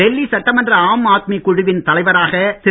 டெல்லி சட்டமன்ற ஆம் ஆத்மி குழுவின் தலைவராக திரு